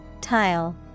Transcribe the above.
Tile